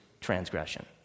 transgression